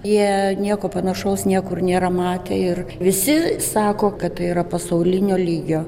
jie nieko panašaus niekur nėra matę ir visi sako kad tai yra pasaulinio lygio